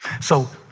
so,